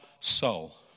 soul